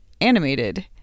animated